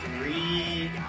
Three